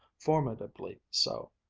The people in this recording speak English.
formidably so.